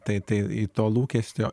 tai to lūkesio